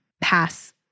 pass